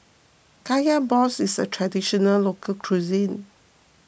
Kaya Balls is a Traditional Local Cuisine